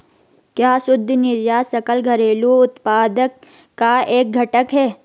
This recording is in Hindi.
क्या शुद्ध निर्यात सकल घरेलू उत्पाद का एक घटक है?